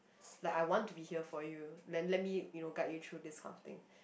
like I want to be here for you then let me you know guide you through this kind of thing